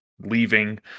leaving